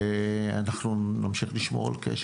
ואנחנו נמשיך לשמור על קשר.